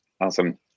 Awesome